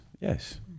yes